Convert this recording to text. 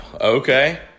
Okay